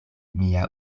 mia